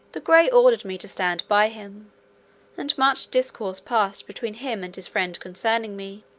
the gray ordered me to stand by him and much discourse passed between him and his friend concerning me,